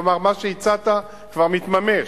כלומר, מה שהצעת כבר מתממש.